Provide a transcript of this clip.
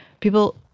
people